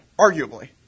Arguably